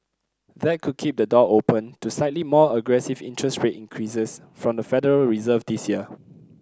that could keep the door open to slightly more aggressive interest rate increases from the Federal Reserve this year